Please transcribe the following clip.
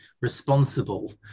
responsible